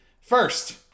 First